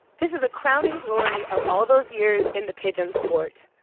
this is a crowning glory of all those years in the pigeon sport,